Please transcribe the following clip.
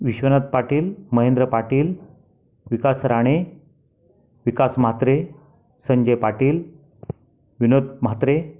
Vishwanath Patil Mahendra Patil Vikas Rane Vikas Mhatre Sanjay Patil Vinod Mhatre